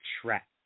track